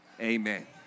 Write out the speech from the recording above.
Amen